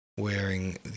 Wearing